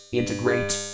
integrate